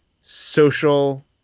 social